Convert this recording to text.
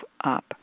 up